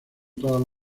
todas